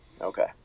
Okay